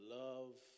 love